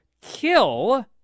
kill